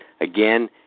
Again